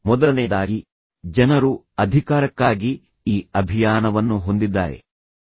ಮೊದಲನೆಯದಾಗಿ ಜನರು ಅಧಿಕಾರಕ್ಕಾಗಿ ಈ ಅಭಿಯಾನವನ್ನು ಹೊಂದಿದ್ದಾರೆ ಎಂದು ಅವರು ಹೇಳಿದರು